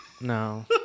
No